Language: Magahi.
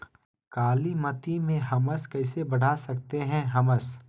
कालीमती में हमस कैसे बढ़ा सकते हैं हमस?